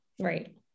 Right